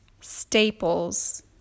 Staples